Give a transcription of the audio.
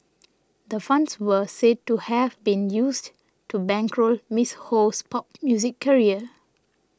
the funds were said to have been used to bankroll Miss Ho's pop music career